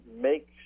make